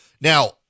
Now